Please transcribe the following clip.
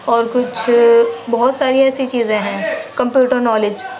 اور کچھ بہت ساری ایسی چیزیں ہیں کمپیوٹر نالج